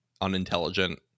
unintelligent